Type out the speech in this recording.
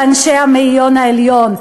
לאנשי המאיון העליון.